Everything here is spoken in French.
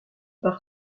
par